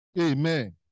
Amen